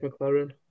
McLaren